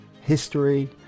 History